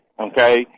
okay